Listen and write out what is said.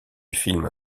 film